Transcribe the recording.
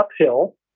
uphill